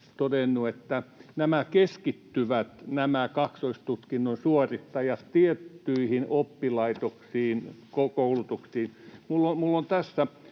todennut, että nämä kaksoistutkinnon suorittajat keskittyvät tiettyihin oppilaitoksiin, koulutuksiin. Minulla on tässä